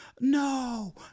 No